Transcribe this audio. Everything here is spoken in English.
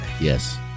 Yes